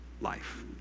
life